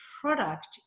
product